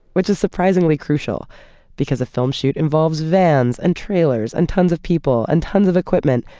which is surprisingly crucial because a film shoot involves vans and trailers and tons of people and tons of equipment,